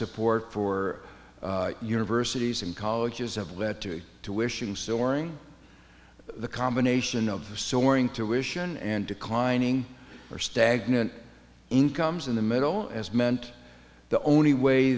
support for universities and colleges have led to the wishing story the combination of the soaring to wish an and declining or stagnant incomes in the middle as meant the only way